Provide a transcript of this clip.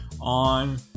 on